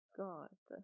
god